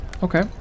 Okay